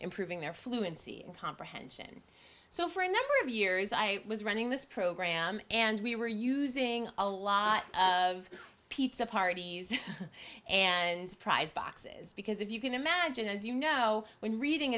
improving their fluency in comprehension so for a number of years i was running this program and we were using a lot of pizza parties and surprise boxes because if you can imagine as you know when reading